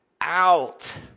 out